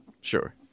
Sure